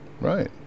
Right